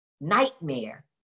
nightmare